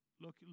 Look